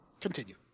continue